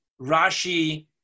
Rashi